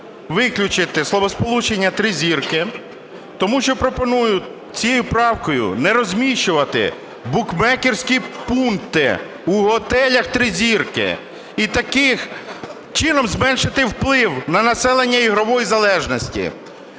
виключити словосполучення "три зірки", тому що пропоную цієї правкою не розміщувати букмекерські пункти у готелях "три зірки" і таким чином зменшити вплив на населення ігрової залежності.